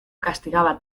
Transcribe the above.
castigaba